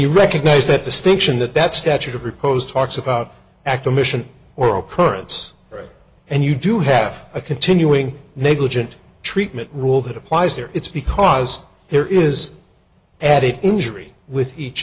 you recognize that distinction that that statute of repose talks about act a mission or occurrence and you do have a continuing negligent treatment rule that applies there it's because there is added injury with each